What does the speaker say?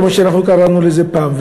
כמו שאנחנו קראנו לזה פעם,